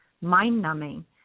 mind-numbing